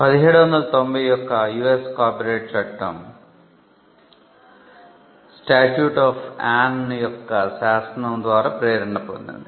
1790 యొక్క US copyright చట్టం Anne యొక్క శాసనం ద్వారా ప్రేరణ పొందింది